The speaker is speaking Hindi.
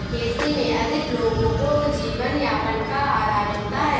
खेती में अधिक लोगों को जीवनयापन का आधार मिलता है